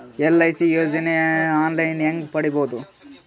LIC ಯೋಜನೆ online ಹೇಂಗ ಪಡಿಬಹುದು?